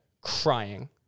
crying